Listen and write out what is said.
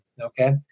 okay